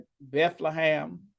Bethlehem